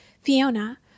Fiona